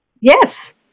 yes